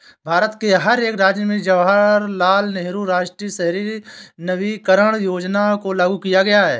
भारत के हर एक राज्य में जवाहरलाल नेहरू राष्ट्रीय शहरी नवीकरण योजना को लागू किया गया है